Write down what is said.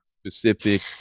specific